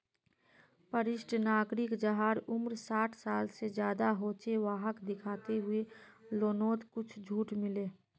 वरिष्ठ नागरिक जहार उम्र साठ साल से ज्यादा हो छे वाहक दिखाता हुए लोननोत कुछ झूट मिले